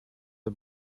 are